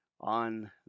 on